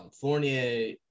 Fournier